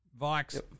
Vikes